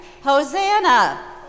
Hosanna